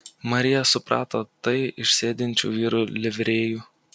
marija suprato tai iš sėdinčių vyrų livrėjų